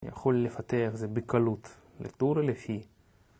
יכול לפתח בקלות, לתור או לפי.